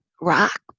Rock